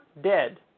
dead